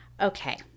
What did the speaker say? okay